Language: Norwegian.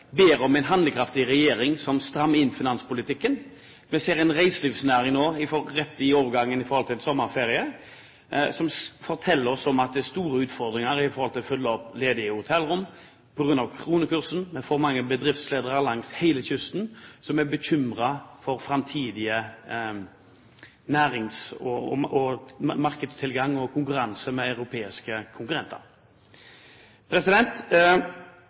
ber om en handlekraftig regjering som strammer inn finanspolitikken. Vi ser en reiselivsnæring som rett før overgangen til sommerferie forteller oss om store utfordringer med å fylle opp ledige hotellrom på grunn av kronekursen. Det er for mange bedriftsledere langs hele kysten som er bekymret for framtidig markedstilgang og konkurransen med europeiske konkurrenter.